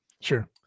Sure